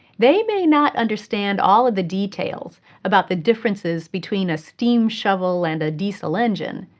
they may not understand all of the details about the differences between a steam shovel and diesel engine,